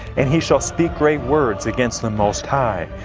and he shall speak great words against the most high,